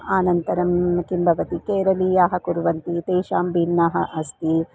अनन्तरं किं भवति केरलीयाः कुर्वन्ति तेषां भिन्नाः अस्ति